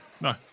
No